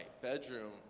bedroom